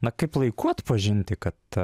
na kaip laiku atpažinti kad